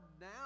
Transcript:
now